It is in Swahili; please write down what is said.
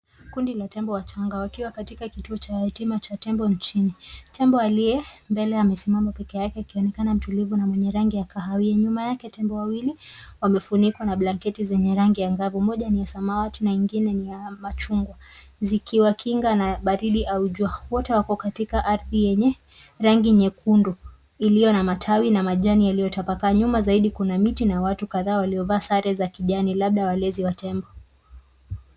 Kundi la tembo wachnga wakiwa katika kituo cha hitima cha tembo nchini. Tembo aliye mbele amesimama peke yake akionekana mtulivu na mwenye rangi ya kahawia. Nyuma yake tembo wawili wamefunikwa na blanketi zenye rangi ya ngavu moja ni ya samawati na nyingine ni ya machungwa zikiwakinga na baridi au jua wote wako katika ardhi yenye rangi nyekundu iliyona matawi na majani yaliyotapakaa nyuma zaidi kuna miti na watu kadhaa waliovaa sare za kijani labda walezi wa tembo.